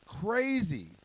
crazy